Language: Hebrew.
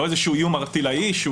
לא איזשהו איום ערטילאי.